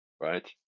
right